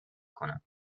کنم